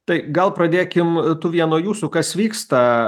tai gal pradėkim tuvija nuo jūsų kas vyksta